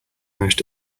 managed